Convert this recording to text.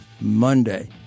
monday